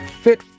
fit